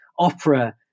opera